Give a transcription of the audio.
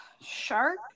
Shark